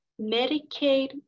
Medicaid